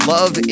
Love